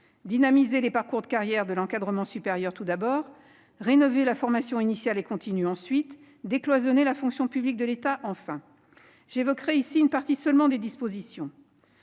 dynamiser les parcours de carrière de l'encadrement supérieur ; ensuite, rénover la formation initiale et continue ; enfin, décloisonner la haute fonction publique de l'État. Je n'évoquerai qu'une partie de ces dispositions.